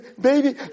Baby